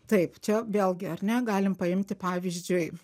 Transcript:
taip čia vėlgi ar ne galim paimti pavyzdžiui